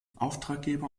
auftraggeber